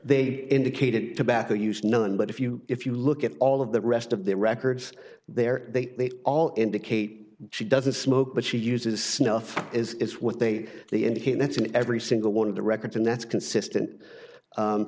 they indicated tobacco use none but if you if you look at all of the rest of the records there they all indicate she doesn't smoke but she uses snuff is what they indicate that's in every single one of the records and that's consistent